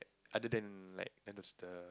other than like the